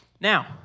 Now